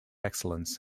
excellence